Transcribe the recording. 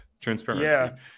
Transparency